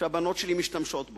שהבנות שלי משתמשות בו.